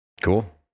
Cool